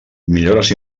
millores